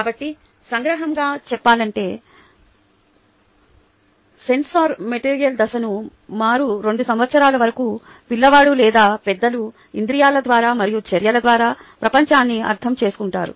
కాబట్టి సంగ్రహంగా చెప్పాలంటే సెన్సార్మోటర్ దశ సుమారు 2 సంవత్సరాల వరకు పిల్లవాడు లేదా పెద్దలు ఇంద్రియాల ద్వారా మరియు చర్యల ద్వారా ప్రపంచాన్ని అర్థం చేసుకుంటారు